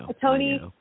Tony